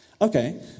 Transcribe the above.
Okay